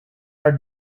are